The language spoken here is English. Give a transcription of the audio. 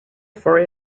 for